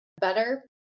better